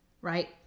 right